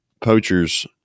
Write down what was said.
poachers